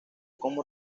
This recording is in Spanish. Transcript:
como